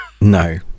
No